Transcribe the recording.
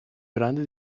grande